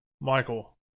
Michael